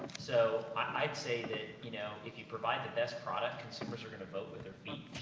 so, i'd say that, you know, if you provide the best product, consumers are gonna vote with their feet.